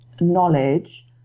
knowledge